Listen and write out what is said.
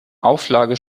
auflage